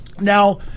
Now